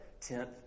tenth